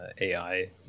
AI